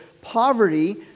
poverty